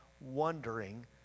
wondering